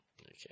Okay